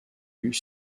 eut